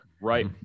Right